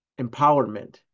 empowerment